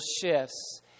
shifts